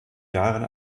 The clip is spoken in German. jahren